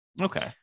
Okay